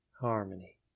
harmony